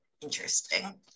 Interesting